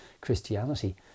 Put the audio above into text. Christianity